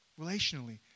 relationally